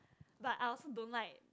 but I also don't like